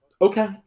okay